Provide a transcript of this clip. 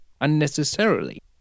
unnecessarily